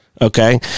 Okay